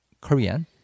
Korean